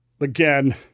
Again